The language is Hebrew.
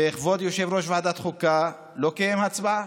וכבוד יושב-ראש ועדת החוקה לא קיים הצבעה.